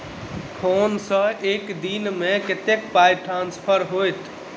Phone सँ एक दिनमे कतेक पाई ट्रान्सफर होइत?